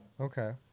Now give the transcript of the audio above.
Okay